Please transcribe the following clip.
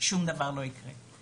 שום דבר לא יקרה.